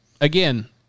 again